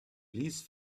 please